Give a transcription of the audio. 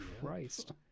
Christ